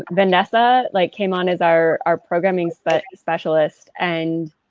um vanessa, like came on as our our programming but specialist and